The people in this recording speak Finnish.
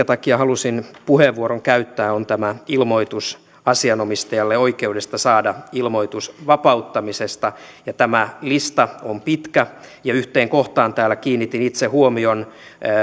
takia erityisesti halusin puheenvuoron käyttää on tämä ilmoitus asianomistajan oikeudesta saada ilmoitus vapauttamisesta tämä lista on pitkä ja yhteen kohtaan täällä kiinnitin itse huomion